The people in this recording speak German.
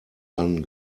einen